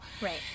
Right